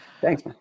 Thanks